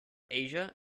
asia